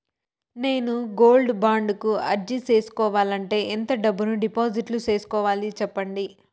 నేను gold bond కు అర్జీ సేసుకోవాలంటే ఎంత డబ్బును డిపాజిట్లు సేసుకోవాలి సెప్పండి